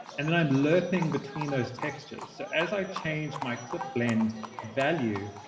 and then i'm lerping between those textures. so as i change my clip blend value,